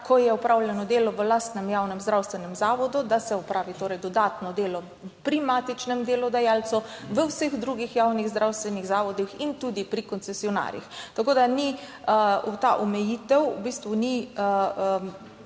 ko je opravljeno delo v lastnem javnem zdravstvenem zavodu, se opravi dodatno delo pri matičnem delodajalcu, v vseh drugih javnih zdravstvenih zavodih in tudi pri koncesionarjih. Tako da ta omejitev v bistvu ni